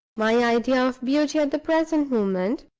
my idea of beauty at the present moment